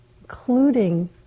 including